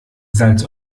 salz